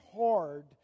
hard